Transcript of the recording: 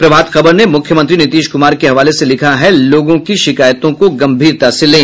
प्रभात खबर ने मुख्यमंत्री नीतीश कुमार के हवाले से लिखा है लोगों की शिकायतों को गंभीरता से लें